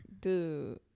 dude